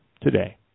today